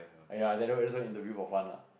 !aiya! is anyway just went interview for fun ah